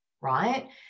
right